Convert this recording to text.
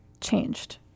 changed